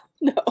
no